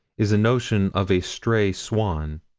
is a notion of a strayed swan.